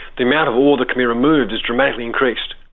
the amount of ore that can be removed is dramatically increased.